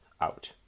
out